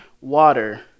water